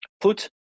Put